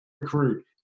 recruit